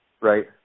right